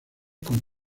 con